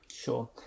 Sure